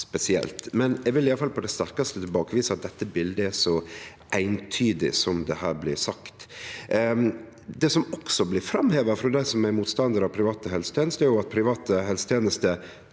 vil iallfall på det sterkaste tilbakevise at dette bildet er så eintydig som det her blir sagt. Det som også blir framheva frå dei som er motstandarar av private helsetenester, er at private helsetenester